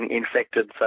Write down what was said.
infected